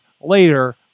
later